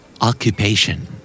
Occupation